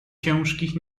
ciężkich